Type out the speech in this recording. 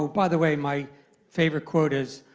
ah by the way, my favorite quote is,